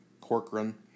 Corcoran